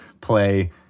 play